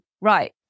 right